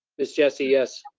miss jessie, yes.